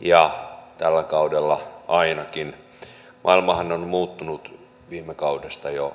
ja tällä kaudella ainakin maailmahan on muuttunut viime kaudesta jo